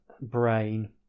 brain